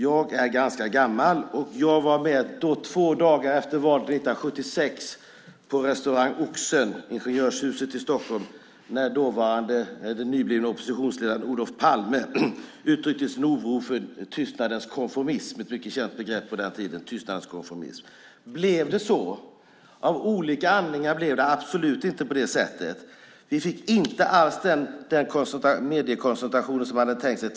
Jag är ganska gammal så jag var med två dagar efter valet 1976 på restaurang Oxen, Ingenjörshuset i Stockholm, när den nyblivne oppositionsledaren Olof Palme uttryckte sin oro för tystnadens konformism - ett mycket känt begrepp på den tiden. Blev det så? Av olika anledningar blev det absolut inte på det sättet. Vi fick inte alls den mediekoncentration som han tänkte sig.